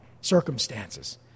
circumstances